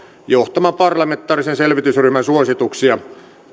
johtaman parlamentaarisen selvitysryhmän suosituksia